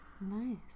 nice